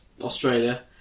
Australia